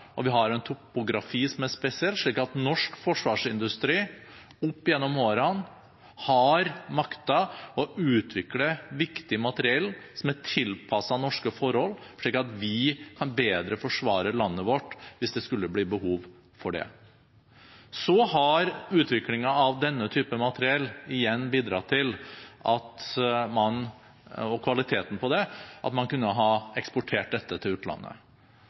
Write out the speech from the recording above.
havområder, vi har fjorder, og vi har en topografi som er spesiell. Norsk forsvarsindustri opp gjennom årene har maktet å utvikle viktig materiell som er tilpasset norske forhold, slik at vi bedre kan forsvare landet vårt hvis det skulle bli behov for det. Så har utviklingen av denne typen materiell og kvaliteten på det igjen bidratt til at man har kunnet eksportere dette til utlandet.